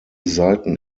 seiten